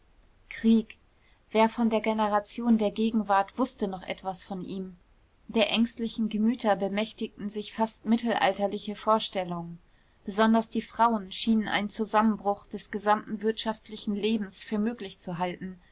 krieg wer von der generation der gegenwart wußte noch etwas von ihm der ängstlichen gemüter bemächtigten sich fast mittelalterliche vorstellungen besonders die frauen schienen einen zusammenbruch des gesamten wirtschaftlichen lebens für möglich zu halten